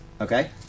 Okay